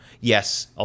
Yes